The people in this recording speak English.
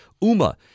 UMA